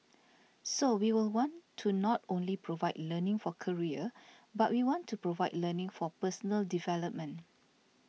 so we will want to not only provide learning for career but we want to provide learning for personal development